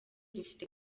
dufite